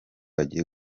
agiye